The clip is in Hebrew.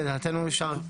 לדעתנו אפשר,